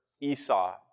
Esau